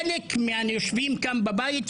חלק מהיושבים כאן בבית,